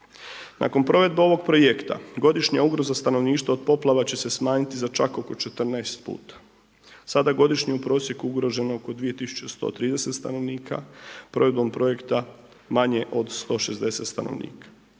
Nakon provedbe ovog projekta godišnja ugroza stanovništva od poplava će se smanjiti za čak oko 14 puta. Sada je godišnje u prosjeku ugroženo oko 2 tisuće 130 stanovnika, provedbom projekta manje od 160 stanovnika.